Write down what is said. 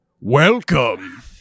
Welcome